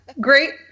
Great